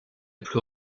plus